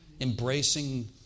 embracing